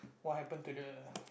what happen to the